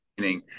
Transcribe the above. meaning